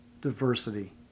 diversity